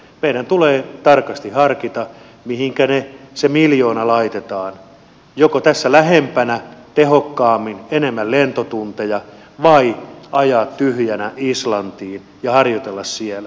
meidän tulee tarkasti harkita mihinkä se miljoona laitetaan joko tässä lähempänä tehokkaammin enemmän lentotunteja vai ajaa tyhjänä islantiin ja harjoitella siellä